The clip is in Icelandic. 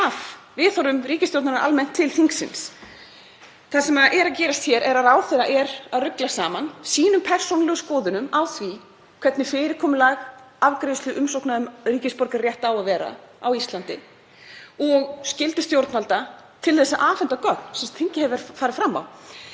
viðhorfum ríkisstjórnarinnar almennt til þingsins. Það sem er að gerast hér er að ráðherra er að rugla saman sínum persónulegu skoðunum á því hvernig fyrirkomulag afgreiðslu umsókna um ríkisborgararétt á að vera á Íslandi og skyldu stjórnvalda til að afhenda gögn sem þingið hefur farið fram á.